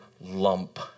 lump